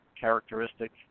characteristic